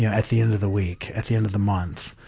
you know at the end of the week, at the end of the month,